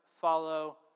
follow